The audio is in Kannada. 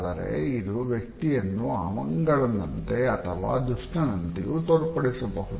ಆದರೆ ಇದು ವ್ಯಕ್ತಿಯನ್ನು ಅಮಂಗಳನಂತೆ ಅಥವಾ ದುಷ್ಟನಂತೆಯು ತೋರ್ಪಡಿಸಬಹುದು